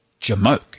jamoke